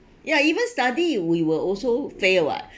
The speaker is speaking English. ya even study we will also fail [what]